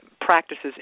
practices